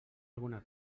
alguna